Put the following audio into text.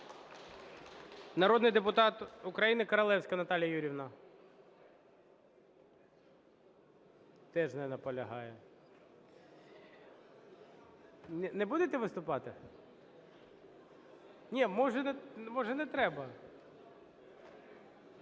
Народний депутат України Королевська Наталія Юріївна. Теж не наполягає. Не будете виступати? Ні, може, не треба.